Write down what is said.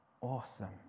Awesome